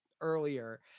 earlier